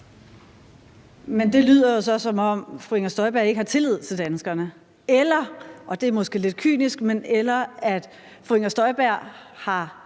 Det lyder jo så, som om fru Inger Støjberg ikke har tillid til danskerne, eller sagt på en anden måde – og det er måske lidt kynisk – at fru Inger Støjberg har